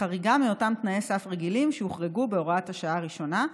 בחריגה מאותם תנאי סף רגילים שהוחרגו בהוראת השעה הראשונה,